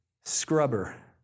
scrubber